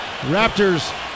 Raptors